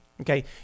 Okay